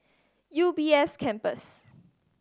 U B S Campus